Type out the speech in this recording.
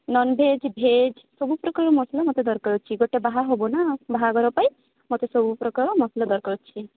non veg veg ସବୁ ପ୍ରକାର ମସଲା ମୋତେ ଦରକାର ଅଛି ଗୋଟେ ବାହା ହେବ ନା ବାହାଘର ପାଇଁ ମୋତେ ସବୁ ପ୍ରକାର ମସଲା ଦରକାର ଅଛି